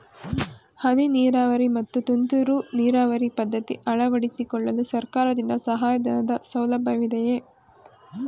ಹನಿ ನೀರಾವರಿ ಮತ್ತು ತುಂತುರು ನೀರಾವರಿ ಪದ್ಧತಿ ಅಳವಡಿಸಿಕೊಳ್ಳಲು ಸರ್ಕಾರದಿಂದ ಸಹಾಯಧನದ ಸೌಲಭ್ಯವಿದೆಯೇ?